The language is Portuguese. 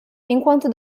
enquanto